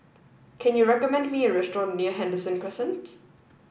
can you recommend me a restaurant near Henderson Crescent